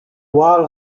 wall